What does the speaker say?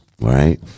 right